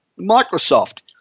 Microsoft